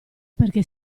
perché